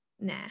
nah